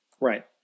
Right